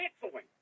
canceling